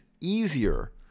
easier